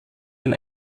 den